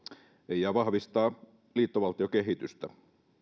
ja vahvistaa liittovaltiokehitystä